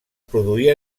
produir